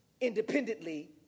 independently